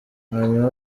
hanyuma